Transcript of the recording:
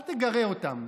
אל תגרה אותם,